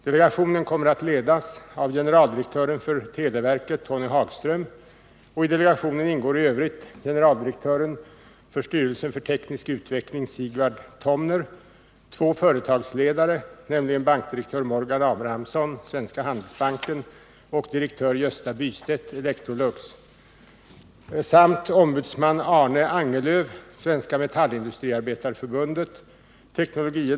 Delegationen kommer att ledas av generaldirektören för televerket Tony Hagström, och i delegationen ingår i övrigt generaldirektören för styrelsen för teknisk utveckling Sigvard Tomner, två företagsledare, nämligen bankdirektör Morgan Abrahamsson, Svenska Handelsbanken, och direktör Gösta Bystedt, AB Electrolux, samt ombudsman Arne Angelöf, Svenska metallindustriarbetareförbundet, tekn.